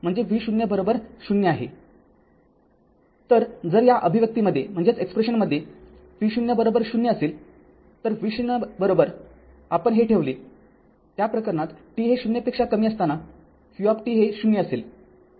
तर जर या अभिव्यक्तीमध्ये v00 असेल जर v0 आपण हे ठेवले त्या प्रकरणात t हे ० पेक्षा कमी असताना v हे ० असेल